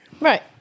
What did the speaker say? right